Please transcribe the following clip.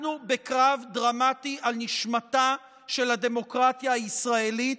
אנחנו בקרב דרמטי על נשמתה של הדמוקרטיה הישראלית.